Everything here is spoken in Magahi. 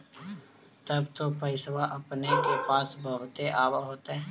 तब तो पैसबा अपने के पास बहुते आब होतय?